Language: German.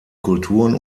kulturen